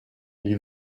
ils